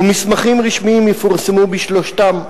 ומסמכים רשמיים יפורסמו בשלושתן.